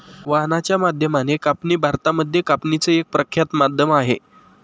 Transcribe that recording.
वाहनाच्या माध्यमाने कापणी भारतामध्ये कापणीच एक प्रख्यात माध्यम आहे